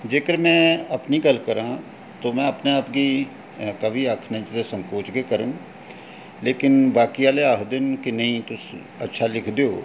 जेकर में अपनी गल्ल करां ते में अपने आप गी कवि आखने च संकोच बी करङ पर बाकी आह्ले आखदे न कि तुस अच्छा लिखदे ओ